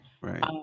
Right